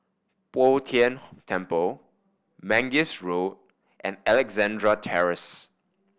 Bo Tien Temple Mangis Road and Alexandra Terrace